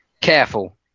careful